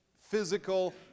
physical